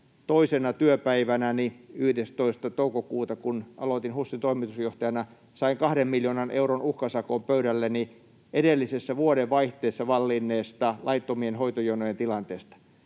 toisena työpäivänäni 11. toukokuuta, kun aloitin HUSin toimitusjohtajana, sain 2 miljoonan euron uhkasakon pöydälleni edellisessä vuodenvaihteessa vallinneesta laittomien hoitojonojen tilanteesta.